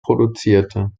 produzierte